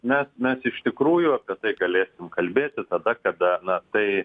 mes mes iš tikrųjų apie tai galės kalbėti tada kada na tai